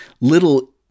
little